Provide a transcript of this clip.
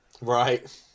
Right